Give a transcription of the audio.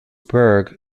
berg